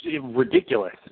ridiculous